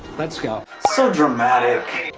let's go so dramatic